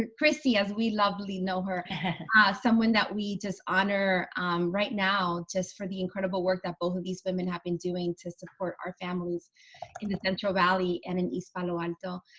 ah christie as we lovely know her ah someone that we just honor um right now just for the incredible work that both of these women have been doing to support our families in the central valley and in east palo alto,